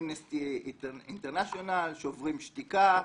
אמנסטי אינטרנשיונל, שוברים שתיקה,